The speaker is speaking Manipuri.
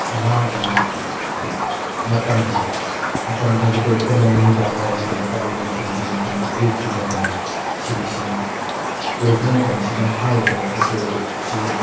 ꯃꯥꯒꯤ ꯃꯇꯝꯁꯦ ꯃꯇꯝ ꯍꯥꯏꯕꯗꯤ ꯑꯩꯈꯣꯏꯅ ꯅꯨꯃꯤꯗꯥꯡꯋꯥꯏꯔꯝꯒꯤ ꯃꯇꯝ ꯅꯨꯡꯊꯤꯜꯒꯤ ꯃꯇꯝ ꯑꯌꯨꯛꯀꯤ ꯃꯇꯝ ꯁꯤꯒꯤꯁꯤ ꯑꯣꯏꯕ ꯃꯇꯝꯁꯤꯗ ꯍꯥꯏꯔꯤꯕ ꯐꯣꯇꯣꯁꯦ